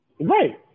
Right